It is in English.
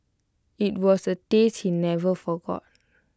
IT was A taste he never forgot